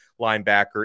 linebacker